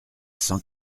cent